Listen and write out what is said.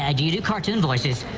ah do you do cartoon voices?